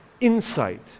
insight